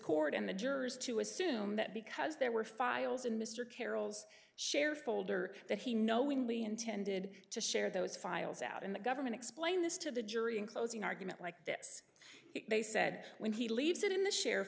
court and the jurors to assume that because there were files in mr carroll's share folder that he knowingly intended to share those files out in the government explain this to the jury in closing argument like this they said when he leaves it in the share